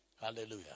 Hallelujah